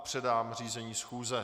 Předám řízení schůze.